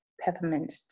peppermint